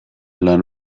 lan